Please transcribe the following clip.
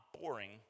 boring